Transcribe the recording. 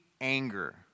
anger